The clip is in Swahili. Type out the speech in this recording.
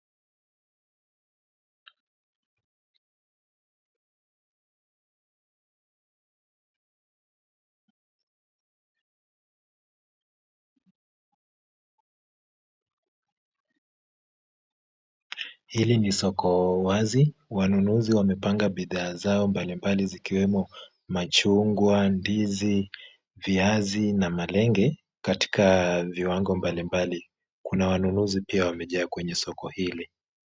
Hili ni soko wazi. Wanunuzi wamepanga bidhaa zao mbalimbali zikiwemo machungwa, ndizi, viazi na malenge katika viwango mbalimbali. Kuna wanunuzi pia wamejaa kwenye soko hili.